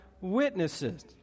witnesses